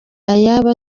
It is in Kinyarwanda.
ayabo